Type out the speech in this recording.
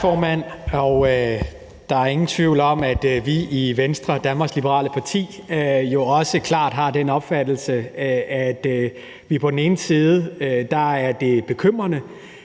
Der er ingen tvivl om, at vi i Venstre, Danmarks Liberale Parti, jo også klart har den opfattelse, at det på den ene side er bekymrende,